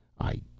I